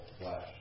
flesh